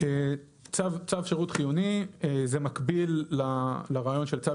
צו שירות חיוני זה מקביל לרעיון של צו